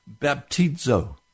baptizo